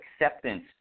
acceptance